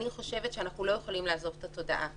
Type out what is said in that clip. אני חושבת שאנחנו לא יכולים לעזוב את התודעה,